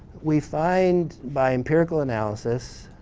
we find by empirical analysis